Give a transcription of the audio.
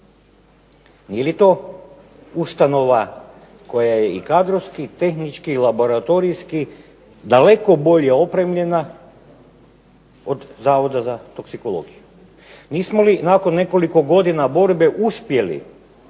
Je li to ustanova koja je i kadrovski i tehnički i laboratorijski daleko bolje opremljena od Zavoda za toksikologiju. Nismo li nakon nekoliko godina borbe uspjeli u